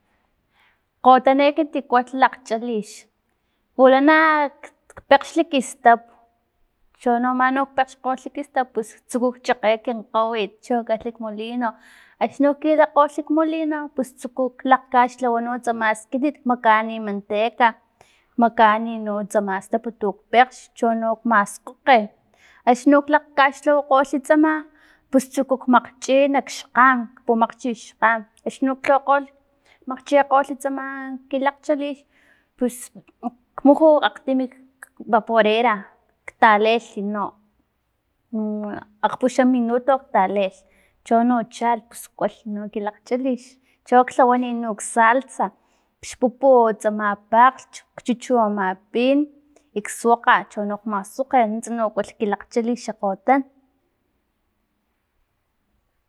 Kgotan ekit kualh lakchalix pulana pekxli kistap cho no mano pexkgolh kistap tsukilh pus chakge kin kgawit cho kalhi kmolino axni no kilakgol kmolino pus tsukulh lakgkaxlawa no tsama skitit makaani manteca makaani no tsama stap tuk pekgxli cho no maskgokge axni nok lakgkashlawakgol tsamalh pus tsukulhnok makgchi nak xkgam pumakgchi xkgam axni no lhawakgol makgchekgol tsama kin lakgchalix pus kmuju akgtin vaporera taleelh no akgpuxam minuto taleelh chono chalh pus kualhli no ki kagchalix cho lhawani ksalsa xpupu tsama pakglch chuchu ama pin i suakga cho no maskgokge nuntsa no kualhi ki lakgchalix kgotan.